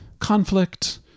Conflict